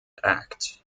act